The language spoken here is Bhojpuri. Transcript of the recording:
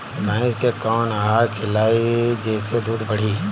भइस के कवन आहार खिलाई जेसे दूध बढ़ी?